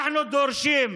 אנחנו דורשים,